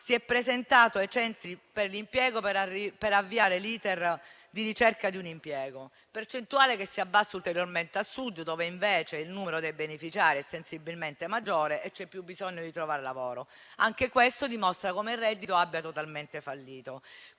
si è presentato ai centri per l'impiego per avviare l'*iter* di ricerca di un impiego; percentuale che si abbassa ulteriormente al Sud, dove invece il numero dei beneficiari è sensibilmente maggiore e c'è più bisogno di trovare lavoro. Anche questo dimostra come il reddito abbia totalmente fallito.